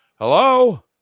Hello